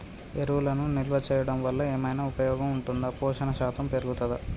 ఎరువులను నిల్వ చేయడం వల్ల ఏమైనా ఉపయోగం ఉంటుందా పోషణ శాతం పెరుగుతదా?